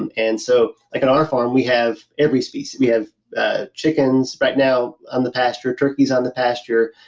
and and so like on our farm we have every species. we have ah chickens right now on the pasture, turkeys on the pasture,